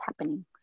happening